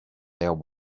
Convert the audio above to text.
there